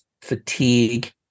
fatigue